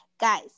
guys